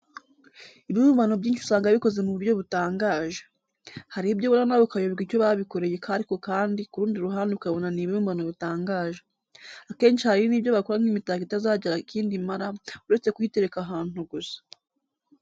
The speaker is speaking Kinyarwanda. Ibibumbano byinshi usanga bikoze mu buryo butangaje. Hari ibyo ubona nawe ukayoberwa icyo babikoreye ariko kandi ku rundi ruhande ukabona ni ibibumbano bitangaje. Akenshi hari n'ibyo bakora nk'imitako itazagira ikindi imara uretse kuyitereka ahantu gusa.